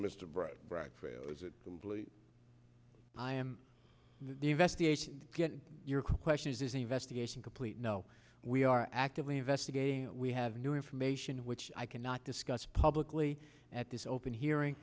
bright i am the investigation your question is is an investigation complete no we are actively investigating we have new information which i cannot discuss publicly at this open hearing